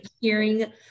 hearing